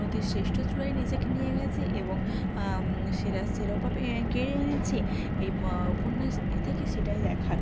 উন্নতির শ্রেষ্ঠ চূড়ায় নিজেকে নিয়ে গেছে এবং সেরার শিরোপা পেয়ে কে এনেছে এই উপন্যাসটি থেকে সেটাই দেখার